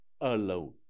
alone